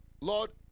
Lord